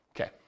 okay